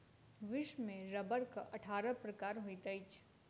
विश्व में रबड़क अट्ठारह प्रकार होइत अछि